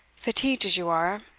fatigued as you are,